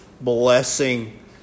Blessing